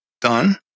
done